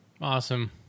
Awesome